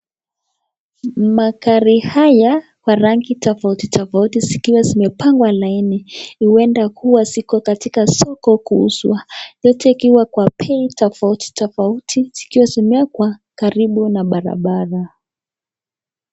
Magari haya wa rangi tofauti tofauti zikiwa zimepangwa laini huenda kuwa ziko katika soko kuuzwa yote ikiwa kwa bei tofauti tofauti zikiwa zimewekwa karibu na barabara.